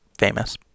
Famous